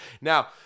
Now